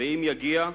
ואם יגיע,